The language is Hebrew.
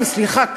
סליחה.